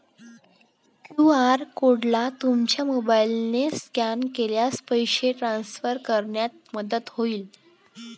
QR कोडला तुमच्या मोबाईलने स्कॅन केल्यास पैसे ट्रान्सफर करण्यात मदत होईल